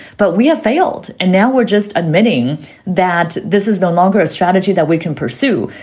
but we have failed. and now we're just admitting that this is no longer a strategy that we can pursue,